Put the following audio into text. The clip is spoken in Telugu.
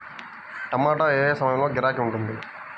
టమాటా ఏ ఏ సమయంలో గిరాకీ ఉంటుంది?